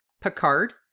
Picard